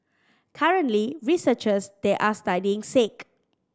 currently researchers there are studying sake